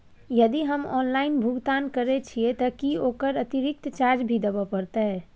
यदि हम ऑनलाइन भुगतान करे छिये त की ओकर अतिरिक्त चार्ज भी देबे परतै?